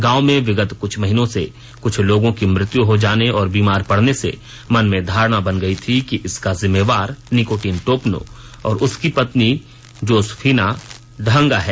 गांव में विगत कृछ महीनों से कुछ लोगों की मृत्यु हो जाने और बीमार पड़ने से मन में धारणा बन गयी थी कि इसका जिम्मेवार निकोटिन टोपनो और उसकी पत्नी जोसफिना डहंगा है